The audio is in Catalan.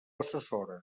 assessora